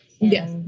Yes